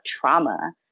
trauma